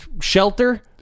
shelter